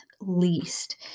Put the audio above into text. least